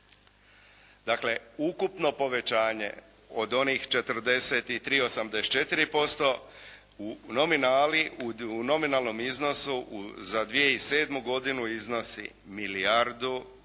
Dakle ukupno povećanje od onih 43,84% u nominali, u nominalnom iznosu za 2007. godinu iznosi milijardu